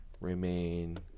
remain